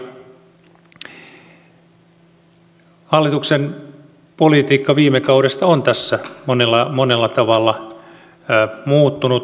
hallituksen politiikka viime kaudesta on tässä monella tavalla muuttunut